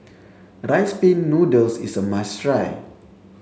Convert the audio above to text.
rice pin noodles is a must try